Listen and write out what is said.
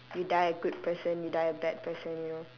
you die a good person you die a bad person you know